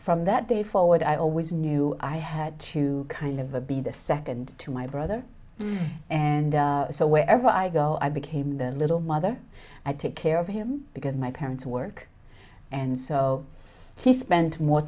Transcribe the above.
that day forward i always knew i had to kind of the be the second to my brother and so wherever i go i became the little mother i took care of him because my parents work and so he spent more